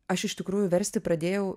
aš iš tikrųjų versti pradėjau